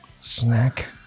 snack